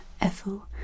Ethel